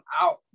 out